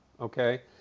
Okay